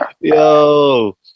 yo